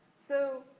so,